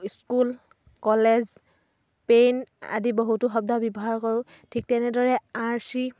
school college pen আদি বহুতো শব্দ ব্যৱহাৰ কৰোঁ ঠিক তেনেদৰে আৰ্চি